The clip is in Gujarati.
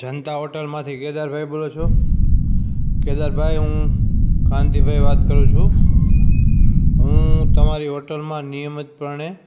જનતા હોટૅલમાંથી કેદારભાઈ બોલો છો કેદારભાઈ હું કાંતિભાઈ વાત કરું છું હું તમારી હોટૅલમાં નિયમિતપણે